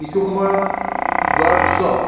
কিছু সময় যোৱাৰ পিছত